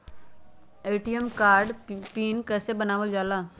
ATM card के PIN कैसे बनावल जाला?